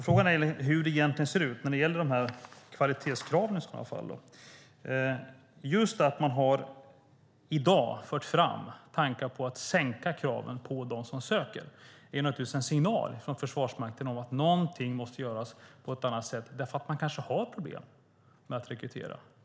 Frågan är hur det egentligen ser ut när det gäller de här kvalitetskraven i sådana fall. Just att man i dag har fört fram tankar på att sänka kraven på dem som söker är naturligtvis en signal från Försvarsmakten om att någonting måste göras på ett annat sätt därför att man kanske har problem med att rekrytera.